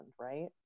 right